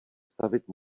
stavit